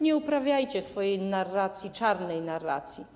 Nie uprawiajcie swojej narracji, czarnej narracji.